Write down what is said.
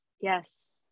Yes